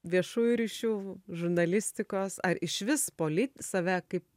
viešųjų ryšių žurnalistikos ar išvis polit save kaip